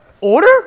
order